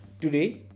Today